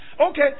Okay